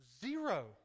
Zero